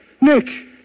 Nick